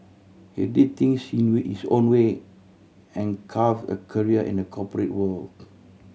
he did things in his own way and carve a career in the corporate world